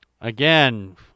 Again